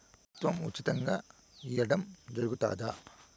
ప్రభుత్వం ఉచితంగా ఇయ్యడం జరుగుతాదా?